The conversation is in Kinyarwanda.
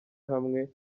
hamwe